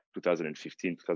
2015